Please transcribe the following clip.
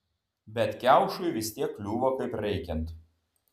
bet kiaušui vis tiek kliuvo kaip reikiant